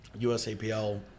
USAPL